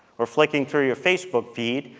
or flicking through your facebook feed,